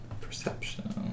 Perception